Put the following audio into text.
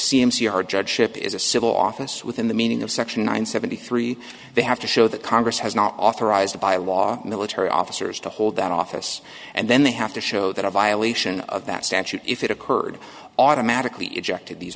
c are judgeship is a civil office within the meaning of section nine seventy three they have to show that congress has not authorized by law military officers to hold that office and then they have to show that a violation of that statute if it occurred automatically ejected these